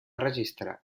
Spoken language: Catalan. registrar